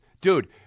dude